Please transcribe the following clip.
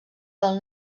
del